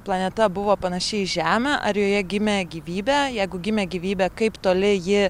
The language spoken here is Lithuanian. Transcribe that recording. planeta buvo panaši į žemę ar joje gimė gyvybė jeigu gimė gyvybė kaip toli ji